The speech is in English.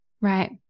Right